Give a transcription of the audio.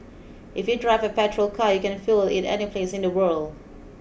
if you drive a petrol car you can fuel it any place in the world